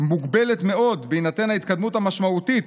מוגבלת מאוד, בהינתן ההתקדמות המשמעותית